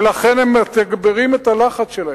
ולכן הם מתגברים את הלחץ שלהם.